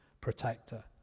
protector